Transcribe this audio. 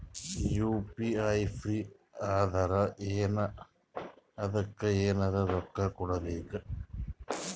UPI free ಅದಾರಾ ಏನ ಅದಕ್ಕ ಎನೆರ ರೊಕ್ಕ ಕೊಡಬೇಕ?